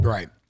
Right